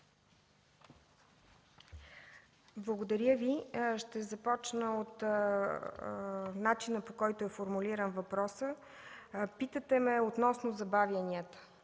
Благодаря Ви. Ще започна от начина, по който е формулиран въпросът. Питате ме относно забавянията.